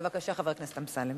בבקשה, חבר הכנסת אמסלם.